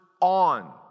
on